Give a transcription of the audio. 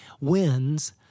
wins